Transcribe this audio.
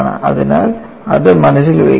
അതിനാൽ അത് മനസ്സിൽ വയ്ക്കുക